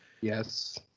Yes